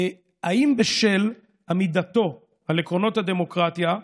האם בשל עמידתו על עקרונות הדמוקרטיה,